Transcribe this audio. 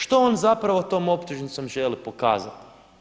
Što on zapravo tom optužnicom želi pokazati?